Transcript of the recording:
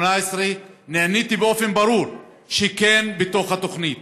2018. נעניתי באופן ברור שכן בתוך התקציב.